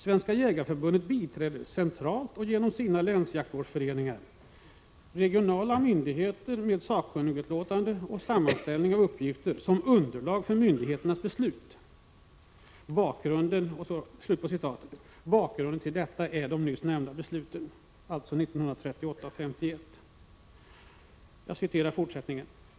”Svenska jägareförbundet biträder centralt och, genom sina länsjaktvårdsföreningar, regionalt myndigheterna med sakkunnigutlåtanden och sammanställningar av uppgifter som underlag för myndigheternas beslut.” — Bakgrunden till detta är de nyss nämnda besluten från 1938 och 1951.